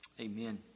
Amen